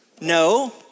No